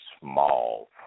small